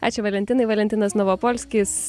ačiū valentinai valentinas novopolskis